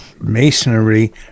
Masonry